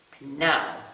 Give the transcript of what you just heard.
Now